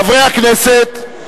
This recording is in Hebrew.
חברי הכנסת,